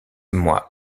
moi